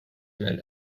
men